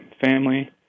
family